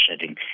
shedding